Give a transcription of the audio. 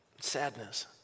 sadness